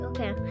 Okay